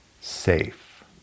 safe